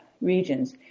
regions